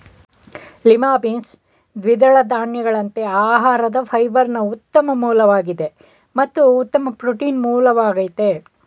lima beans ದ್ವಿದಳ ಧಾನ್ಯಗಳಂತೆ ಆಹಾರದ ಫೈಬರ್ನ ಉತ್ತಮ ಮೂಲವಾಗಿದೆ ಮತ್ತು ಉತ್ತಮ ಪ್ರೋಟೀನ್ ಮೂಲವಾಗಯ್ತೆ